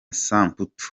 samputu